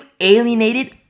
alienated